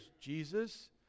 Jesus